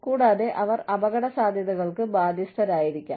കൂടാതെ അവർ അപകടസാധ്യതകൾക്ക് ബാധ്യസ്ഥരായിരിക്കാം